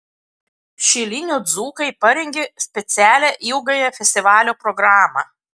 šilinių dzūkai parengė specialią ilgąją festivalio programą